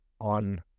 on